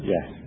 Yes